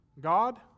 God